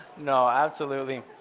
no absolutely.